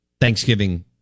Thanksgiving